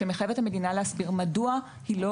שמחייב את המדינה להסביר מדוע היא לא